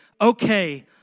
okay